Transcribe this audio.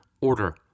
order